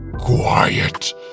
quiet